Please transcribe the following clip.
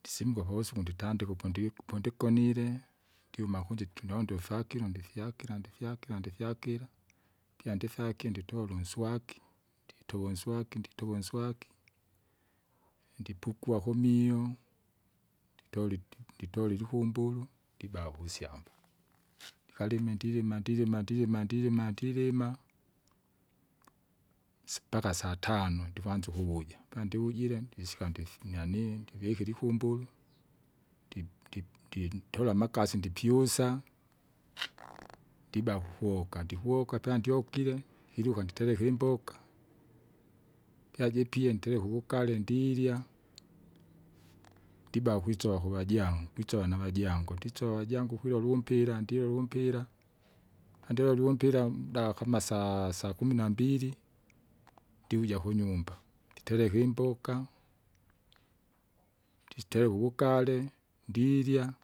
Ndisimuka pawusiku nditandika upundi pondikonile, ndiumakunji ndondo ufakilo ndifyakira ndifyaira ndifyakira, pyandifyakie nditora unswaki, ndituu unswaki ndituu unswaki, ndipukwa kumio, nditore itipu- nditore ilikumbulu ndiba kusyamba. Ndikalime ndilima ndilima ndilima ndilima ndilima! nsipaka satano ndikwanza ukuvuja pandivujire ndisika ndifu nyanii ndivikire ikumbulu, ndipu- ndipu- ndintora amakasi ndipyusa, ndiba kukuka ndikuka pandyokire, iluka nditereka imboka, pya jipye ndereka ugali ndilya, ndiba kwisova kuvajangu, kwisova navajangu ndisova vajangu kulwa lumpira, ndilule umpira. Andiwolie umpira nda kama saa sakumi nambili, ndiuja kunyumba, nditereka imboka, nditereka uwugale, ndiilya,